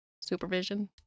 supervision